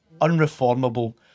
unreformable